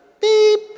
beep